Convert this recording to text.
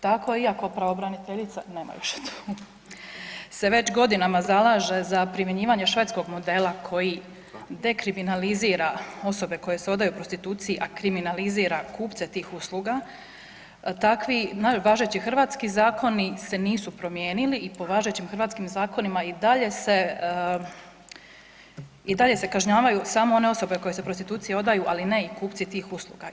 Tako iako pravobraniteljica, nema je više tu, se već godinama zalaže za primjenjivanje švedskog modela koji …… dekriminalizira osobe koje se odaju prostituciji, a kriminalizira kupce tih usluga takvi važeći hrvatski zakoni se nisu promijenili i po važećim hrvatskim zakonima i dalje se i dalje se kažnjavaju samo one osobe koje se prostituciji prodaju, ali ne i kupci tih usluga.